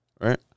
Right